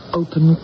open